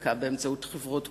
העסקה באמצעות חברות כוח-אדם,